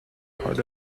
part